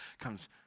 comes